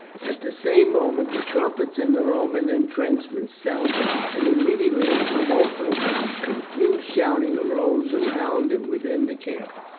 at the same moment the trumpets in the roman intrenchments sounded, and immediately a tumult of confused shouting arose around and within the camp.